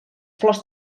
flors